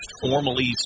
formally